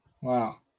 Wow